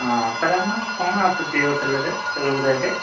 ହଁ ସାର୍ ଆମର କ'ଣ ଆସୁଛି ହୋଟେଲରେ ରୁମ ରେଣ୍ଟ୍